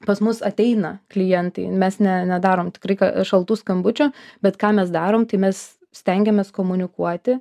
pas mus ateina klientai mes ne nedarom tikrai ka šaltų skambučių bet ką mes darom tai mes stengiamės komunikuoti